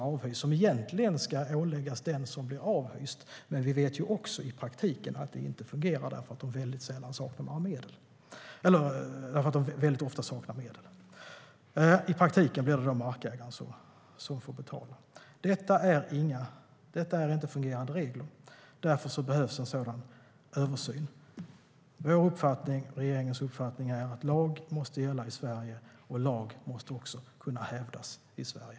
Avgiften ska egentligen åläggas den som blir avhyst, men vi vet att det i praktiken inte fungerar därför att den som blir avhyst väldigt ofta saknar medel. I praktiken blir det då markägaren som får betala. Detta är inte fungerande regler. Därför behövs en översyn. Regeringens uppfattning är att lag måste gälla i Sverige och att lag också måste kunna hävdas i Sverige.